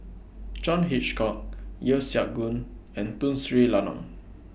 John Hitchcock Yeo Siak Goon and Tun Sri Lanang